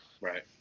Right